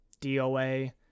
DOA